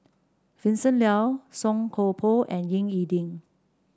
Vincent Leow Song Koon Poh and Ying E Ding